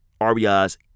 RBIs